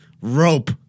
rope